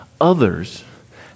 Others